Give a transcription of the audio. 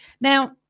Now